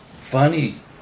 funny